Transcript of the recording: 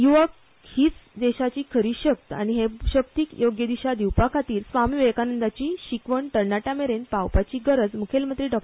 य्वक हीच देशाची खरी शक्त आनी हे शक्तीक योग्य दिशा दिवपाखातीर स्वामी विवेकानंदांची शिकवण तरणाट्यांमेरेन पावपाची गरज म्खेलमंत्री डॉ